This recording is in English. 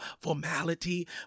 formality